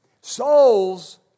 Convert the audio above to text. Souls